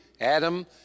Adam